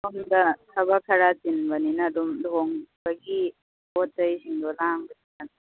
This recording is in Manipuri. ꯁꯣꯝꯗ ꯊꯕꯛ ꯈꯔ ꯆꯤꯟꯕꯅꯤꯅ ꯑꯗꯨꯝ ꯂꯨꯍꯣꯡꯕꯒꯤ ꯄꯣꯠꯆꯩꯁꯤꯡꯗꯣ ꯂꯥꯡꯕꯅꯤꯅ